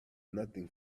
nothing